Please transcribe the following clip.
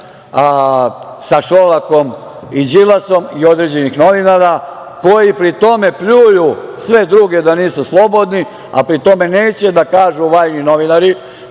sa Šolakom i Đilasom, i određenih novinara, koji pri tome pljuju sve druge da nisu slobodni, a pri tome neće da kažu, vajni novinari,